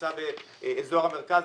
נמצא באזור המרכז,